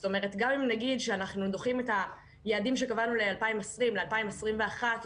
גם אם נגיד שאנחנו דוחים את היעדים שקבענו ל-2020 לתחילת 2021,